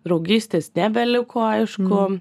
draugystės nebeliko aišku